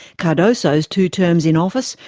cardoso's two terms in office,